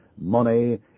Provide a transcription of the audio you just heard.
money